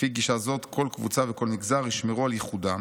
לפי גישה זו, כל קבוצה וכל מגזר ישמרו על ייחודם